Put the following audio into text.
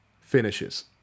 finishes